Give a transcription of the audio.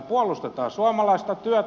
puolustetaan suomalaista työtä